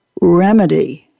remedy